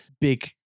big